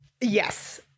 Yes